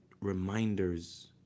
reminders